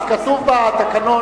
כי כתוב בתקנון,